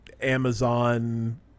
Amazon